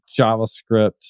javascript